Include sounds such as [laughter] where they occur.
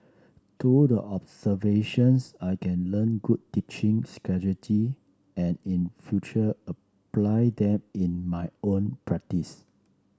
through the observations I can learn good teaching [unintelligible] and in future apply them in my own practice